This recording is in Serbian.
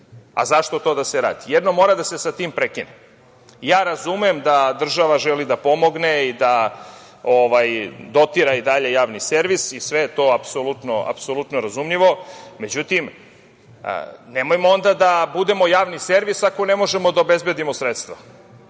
Zašto to da se radi? Jednom mora da se sa tim prekine. Razumem da država želi da pomogne i da dotira i dalje Javni servis, i sve je to apsolutno razumljivo. Međutim, nemojmo onda da budemo javni servis ako ne možemo da obezbedimo sredstva.